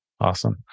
Awesome